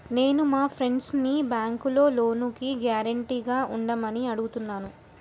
నేను మా ఫ్రెండ్సుని బ్యేంకులో లోనుకి గ్యారంటీగా ఉండమని అడుగుతున్నాను